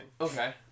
Okay